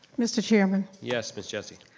mr. chairman. yes, miss jessie?